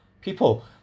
people